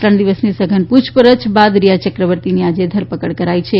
ત્રણ દિવસની સધન પૂછપરછ બાદ રીયા ચક્રવર્તીની આજે ઘરપકડ કરાઈ છે